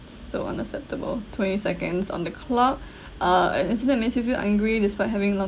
so unacceptable twenty seconds on the clock uh an incident that makes you feel angry despite happening